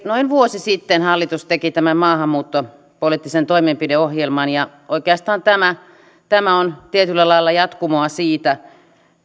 noin vuosi sitten hallitus teki tämän maahanmuuttopoliittisen toimenpideohjelman ja tämä on oikeastaan tietyllä lailla jatkumoa siitä